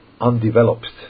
undeveloped